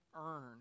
earn